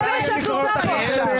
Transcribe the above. זה מה שאת עושה פה עכשיו.